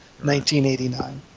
1989